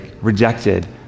rejected